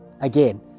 again